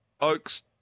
Oaks